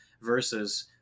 versus